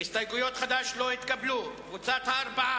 ההסתייגויות של קבוצת חד"ש לסעיף 13, הוצאות